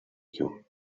you